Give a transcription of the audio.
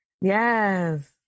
Yes